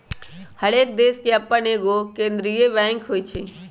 हरेक देश के अप्पन एगो केंद्रीय बैंक होइ छइ